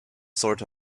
sort